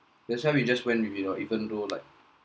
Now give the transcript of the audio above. that's why we just go we meet up even though like